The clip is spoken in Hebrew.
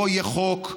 לא יהיה חוק,